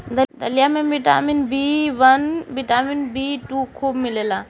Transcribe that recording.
दलिया में vitamin B one, vitamin B two खूब मिलेला